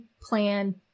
plan